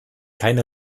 keine